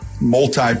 multi